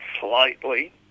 slightly